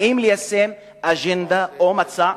באות ליישם אג'נדה או מצע,